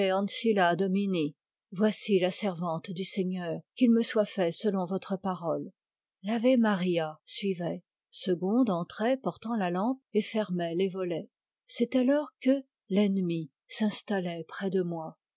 ecce ancilla domini voici la servante du seigneur qu'il me soit fait selon votre parole l'ave maria suivait segonde entrait portant la lampe et fermait les volets c'est alors que l'ennemie s'installait près de moi